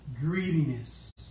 greediness